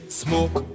smoke